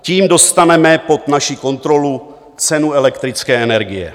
Tím dostaneme pod naši kontrolu cenu elektrické energie.